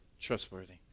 trustworthy